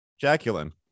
Jacqueline